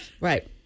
Right